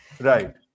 right